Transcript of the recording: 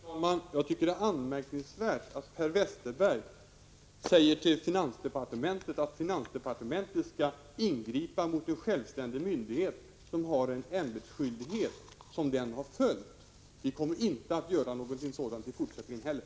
Herr talman! Det är anmärkningsvärt att Per Westerberg säger att finansdepartementet skall ingripa mot en självständig myndighet som har fullgjort sin ämbetsskyldighet. Vi kommer inte att göra något sådant i fortsättningen heller.